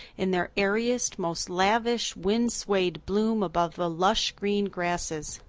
in their airiest, most lavish, wind-swayed bloom above the lush green grasses.